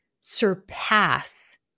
surpass